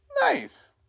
Nice